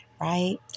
right